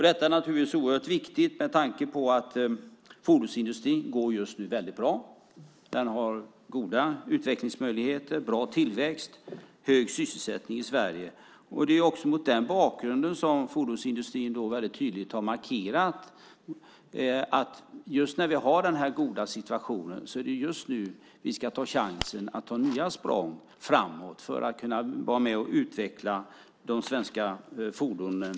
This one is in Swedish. Detta är oerhört viktigt med tanke på att fordonsindustrin just nu går väldigt bra. Den har goda utvecklingsmöjligheter och god tillväxt med hög sysselsättning i Sverige. Det är mot den bakgrunden som fordonsindustrin mycket tydligt har markerat att det är just nu när vi har den goda situationen vi ska ta chansen att ta nya språng framåt för att kunna vara med och utveckla de svenska fordonen.